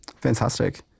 Fantastic